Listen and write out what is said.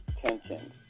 tensions